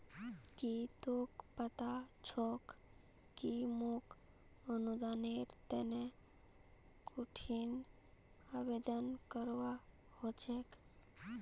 की तोक पता छोक कि मोक अनुदानेर तने कुंठिन आवेदन करवा हो छेक